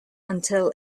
until